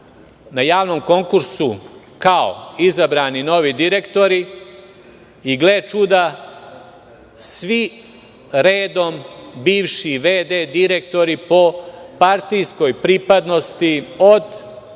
na javnom konkursu kao izabrani novi direktori i gle čuda svi redom bivši v.d. direktori po partijskoj pripadnosti od SNS,